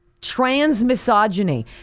Transmisogyny